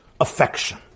affection